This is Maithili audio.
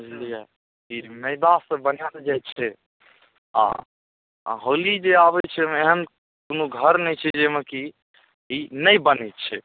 लिअ ई मैदासँ बनाएल जाइ छै आओर होली जे आबै छै एहिमे एहन कोनो घर नहि छै जाहिमे कि ई नहि बनै छै